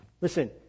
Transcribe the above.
Listen